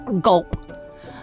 gulp